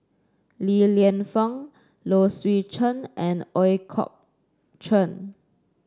Li Lienfung Low Swee Chen and Ooi Kok Chuen